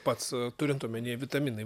pats turint omenyje vitaminai